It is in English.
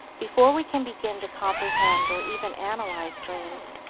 before we can begin to comprehend or even analyze dreams,